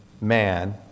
man